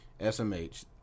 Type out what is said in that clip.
SMH